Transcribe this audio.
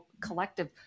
collective